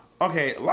Okay